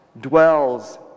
dwells